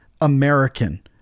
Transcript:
American